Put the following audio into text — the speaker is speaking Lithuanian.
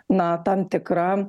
na tam tikrą